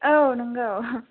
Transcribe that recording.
औ नोंगौ